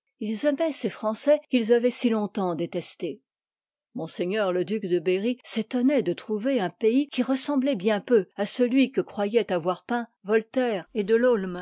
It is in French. il aimoient ces français qu'ils avoient si longtemps détestés m le duc de berry s'étonnoit de trouver un pays qui ressembloit bien peu à celui que croyoient avoir peint y oljlti itaut taire et de